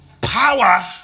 Power